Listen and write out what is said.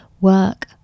work